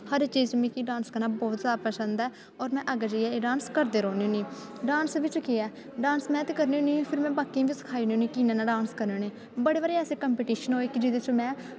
हर चीज़ मिगी डांस करना बौह्त जादा पसंद ऐ होर में अग्गें जाइयै एह् डांस करदी रौह्न्नी होन्नी डांस बिच्च केह् ऐ डांस में ते करनी होन्नी ते में बाकियें गी बी सखाई ओड़नी होन्नी कि इ'यां इ'यां डांस करनी होन्नी बड़े बारी ऐसा कंपीटीशन होए कि जेह्दे च में